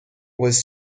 was